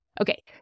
Okay